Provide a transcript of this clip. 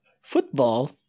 football